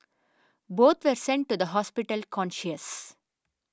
both were sent to the hospital conscious